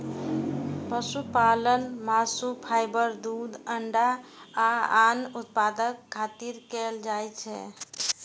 पशुपालन मासु, फाइबर, दूध, अंडा आ आन उत्पादक खातिर कैल जाइ छै